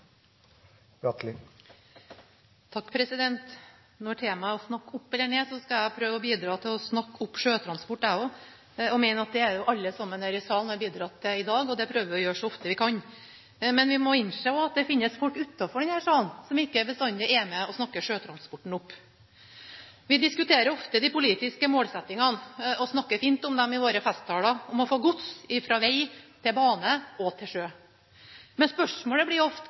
takk for det! Når temaet er å snakke noe opp eller ned, skal også jeg prøve å bidra til å snakke opp sjøtransport. Det mener jeg at alle i salen her i dag har bidratt til, og det prøver vi å gjøre så ofte vi kan. Men vi må innse at det finnes folk utafor denne salen som ikke bestandig er med og snakker sjøtransporten opp. Vi diskuterer ofte de politiske målsettingene og snakker fint i våre festtaler om å få gods fra veg til bane og til sjø. Men spørsmålet blir ofte: